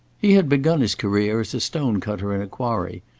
he had begun his career as a stone-cutter in a quarry,